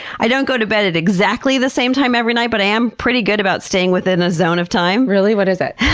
i don't go to bed at exactly the same time every night, but i am pretty good about staying within a zone of time. really? what is it?